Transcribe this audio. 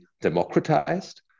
democratized